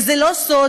וזה לא סוד